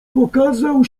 pokazał